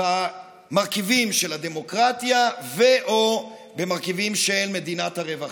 במרכיבים של הדמוקרטיה או במרכיבים של מדינת הרווחה.